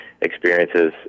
experiences